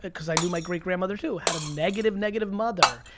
but cause i knew my great-grandmother, too, had a negative, negative mother.